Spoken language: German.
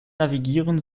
navigieren